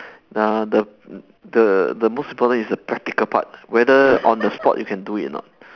uh the the the most important is the practical part whether on the spot you can do it or not